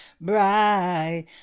bright